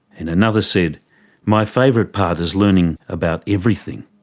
and another said my favourite part is learning about everything.